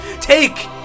Take